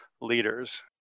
leaders